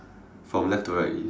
from left to right is